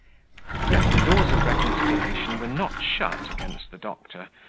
yet the doors of reconciliation were not shut against the doctor,